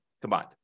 combined